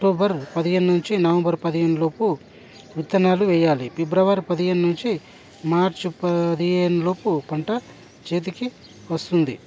October పదిహేను నుంచి November పదిహేనులోపు విత్తనాలు వేయాలి ఫిబ్రవరి పదిహేను నుంచి మార్చి పదిహేను లోపు పంట చేతికి వస్తుంది